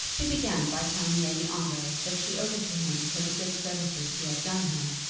he began by telling lady ongar that she owed it to him for the good services he had done her,